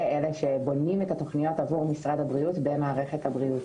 אלה שבונים את התוכניות עבור משרד הבריאות במערכת הבריאות.